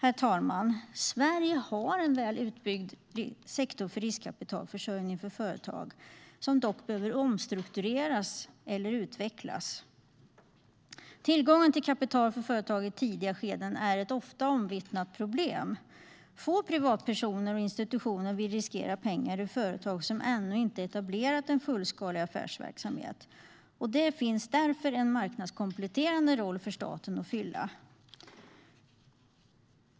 Herr talman! Sverige har en väl utbyggd sektor för riskkapitalförsörjning för företag, som dock behöver omstruktureras eller utvecklas. Tillgången till kapital för företag i tidiga skeden är ett ofta omvittnat problem. Få privatpersoner och institutioner vill riskera pengar i företag som ännu inte etablerat en fullskalig affärsverksamhet. Det finns därför en marknadskompletterande roll för staten att fylla.